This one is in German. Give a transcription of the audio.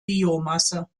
biomasse